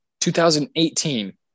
2018